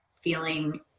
feeling